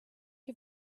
you